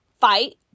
fight